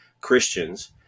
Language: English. Christians